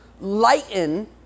lighten